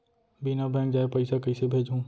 बिना बैंक जाए पइसा कइसे भेजहूँ?